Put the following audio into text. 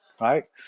right